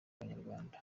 abanyarwanda